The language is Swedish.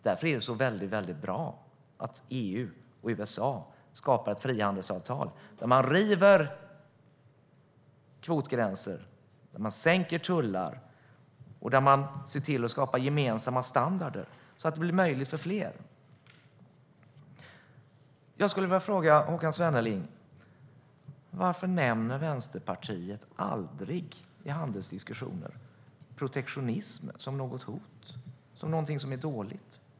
Därför är det bra att EU och USA skapar ett frihandelsavtal där man river kvotgränser, sänker tullar och där man skapar gemensamma standarder så att det blir möjligt för fler att komma in på den marknaden. Jag vill fråga Håkan Svenneling: Varför nämner Vänsterpartiet aldrig i handelsdiskussioner protektionism som något hot, som någonting som är dåligt?